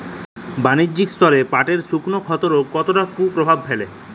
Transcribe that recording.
বাণিজ্যিক স্তরে পাটের শুকনো ক্ষতরোগ কতটা কুপ্রভাব ফেলে?